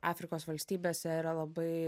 afrikos valstybėse yra labai